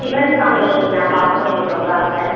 சிவன் சாமி நான் பார்க்குணுன்னு எனக்கு ரொம்ப ஆசை